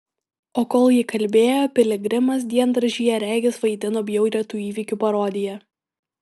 o kol ji kalbėjo piligrimas diendaržyje regis vaidino bjaurią tų įvykių parodiją